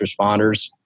responders